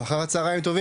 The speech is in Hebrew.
אחר הצוהריים טובים.